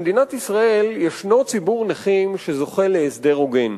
במדינת ישראל ישנו ציבור נכים שזוכה להסדר הוגן,